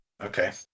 Okay